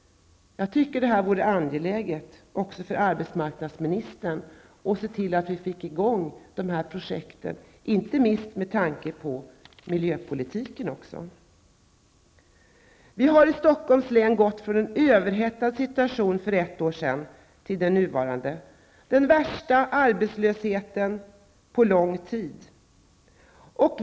Jag tycker att det borde vara angeläget även för arbetsmarknadsministern att se till att vi får i gång dessa projekt, inte minst med tanke på miljöpolitiken. Vi har i Stockholms län gått från en överhettad situation, för ett år sedan, till den nuvarande; den värsta arbetslösheten på lång tid.